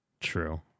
True